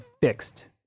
fixed